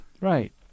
Right